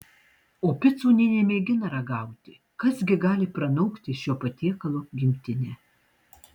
o picų nė nemėgina ragauti kas gi gali pranokti šio patiekalo gimtinę